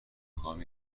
خواهم